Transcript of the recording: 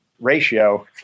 ratio